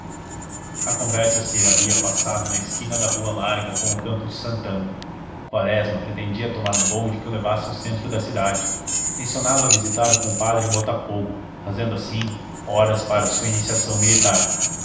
a conversa se havia passado na esquina da rua larga com o campo de santana quaresma pretendia tomar um bonde que o levasse ao centro da cidade tencionava visitar o compadre em botafogo fazendo assim horas para a sua iniciação militar